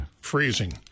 Freezing